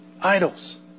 idols